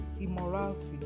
immorality